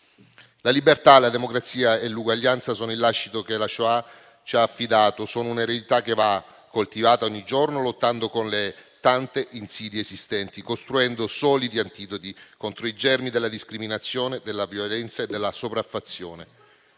La libertà, la democrazia e l'uguaglianza sono il lascito che la Shoah ci ha affidato, sono un'eredità che va coltivata ogni giorno, lottando con le tante insidie esistenti, costruendo solidi antidoti contro i germi della discriminazione, della violenza e della sopraffazione.